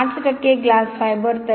पाच टक्के glass fibre